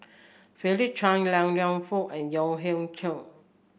Philip Chia Liang Liang food and Yahya Cohen